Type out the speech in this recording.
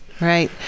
Right